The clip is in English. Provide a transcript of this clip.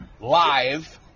live